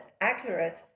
Accurate